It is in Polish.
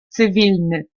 cywilny